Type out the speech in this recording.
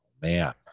Man